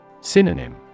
Synonym